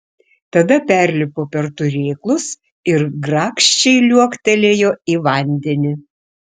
tada perlipo per turėklus ir grakščiai liuoktelėjo į vandenį